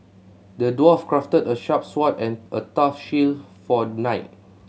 the dwarf crafted a sharp sword and a tough shield for the knight